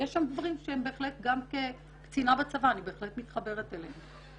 יש שם דברים שגם כקצינה בצבא אני בהחלט מתחברת אליהם.